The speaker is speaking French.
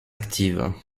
active